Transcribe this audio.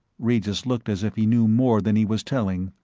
regis looked as if he knew more than he was telling.